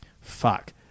fuck